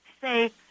say